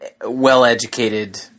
well-educated